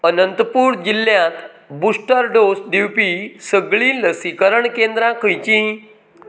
अनंतपूर जिल्ल्यांत booster dose दिवपी सगळीं लसीकरण केंद्रां खंयचीं